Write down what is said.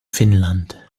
finnland